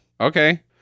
Okay